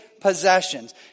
possessions